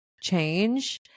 Change